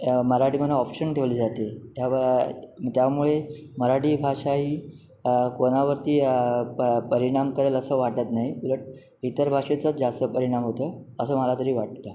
मराठी म्हणून ऑप्शन ठेवली जाते त्याव त्यामुळे मराठी भाषा ही कोणावरती प परिणाम करेल असं वाटत नाही उलट इतर भाषेचाच जास्त परिणाम होतो आहे असं मला तरी वाटतं आहे